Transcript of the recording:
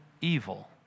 evil